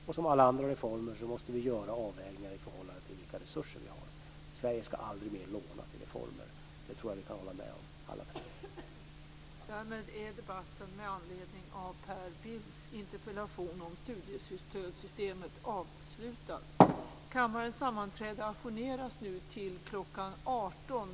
Och som med alla andra reformer måste vi göra avvägningar i förhållande till vilka resurser vi har. Sverige skall aldrig mer låna till reformer. Det tror jag att vi kan hålla med om alla tre.